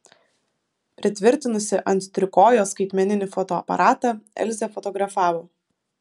pritvirtinusi ant trikojo skaitmeninį fotoaparatą elzė fotografavo